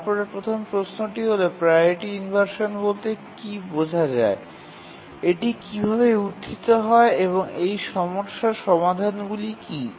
তারপরে প্রথম প্রশ্নটি হল প্রাওরিটি ইনভারসান বলতে কী বোঝা যায় এটি কীভাবে উত্থিত হয় এবং এই সমস্যার সমাধানগুলি কী